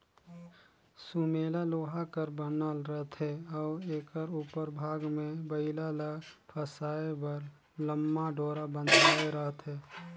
सुमेला लोहा कर बनल रहथे अउ एकर उपर भाग मे बइला ल फसाए बर लम्मा डोरा बंधाए रहथे